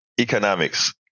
economics